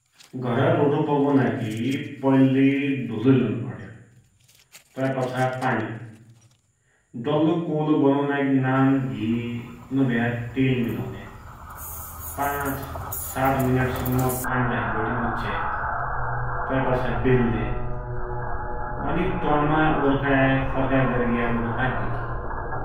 घरै रोटो पकुनाकी पैल्ली धुलो ल्युन पडयो, तैपाछा पानी, डल्लो कोलो बनुनाकी नान घी नभया तेल मिलुन्या, पाँच, सात मिनटसम्म पानी राखिबटे मुच्छ्या, तैपाछा बेल्या, अनि त्वामाइ ओर्काइ फर्काइ गरिग्या रोटो पाकिग्योत् ।